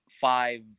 five